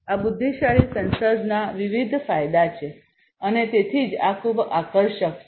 આ બુદ્ધિશાળી સેન્સર્સના વિવિધ ફાયદા છે અને તેથી જ આ ખૂબ આકર્ષક છે